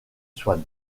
swan